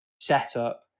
setup